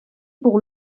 pour